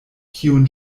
kiun